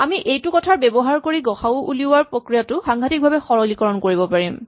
আমি এইটো কথা ব্যৱহাৰ কৰি গ সা উ উলিওৱাৰ প্ৰক্ৰিয়াটো সাংঘাটিক ভাৱে সৰলীকৰণ কৰিব পাৰিম